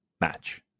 match